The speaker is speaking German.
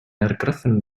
ergriffen